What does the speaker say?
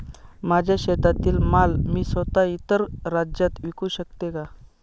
माझ्या शेतातील माल मी स्वत: इतर राज्यात विकू शकते का?